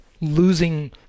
losing